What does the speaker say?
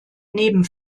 neben